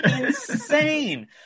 insane